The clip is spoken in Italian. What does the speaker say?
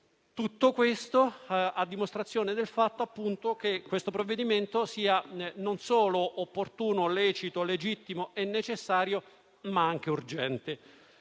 Tutto questo a dimostrazione del fatto che questo provvedimento è non solo opportuno, lecito, legittimo e necessario, ma anche urgente.